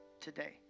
today